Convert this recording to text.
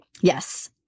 yes